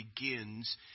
begins